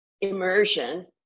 immersion